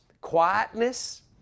quietness